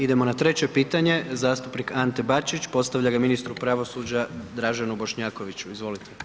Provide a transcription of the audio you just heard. Idemo na treće pitanje, zastupnik Ante Bačić postavlja ga ministru pravosuđa Draženu Bošnjakoviću, izvolite.